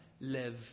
live